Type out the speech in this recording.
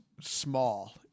small